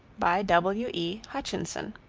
by william e. hutchinson